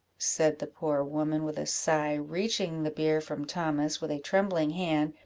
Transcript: said the poor woman, with a sigh, reaching the beer from thomas with a trembling hand,